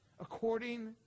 according